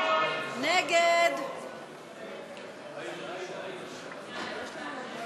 סעיף תקציבי 83, הוצאות פיתוח אחרות,